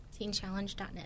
TeenChallenge.net